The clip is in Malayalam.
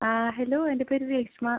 ആ ഹലോ എൻ്റെ പേര് രേഷ്മ